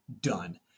done